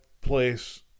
place